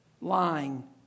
lying